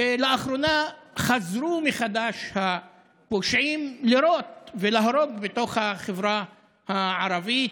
שלאחרונה חזרו מחדש הפושעים לירות ולהרוג בתוך החברה הערבית: